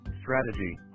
strategy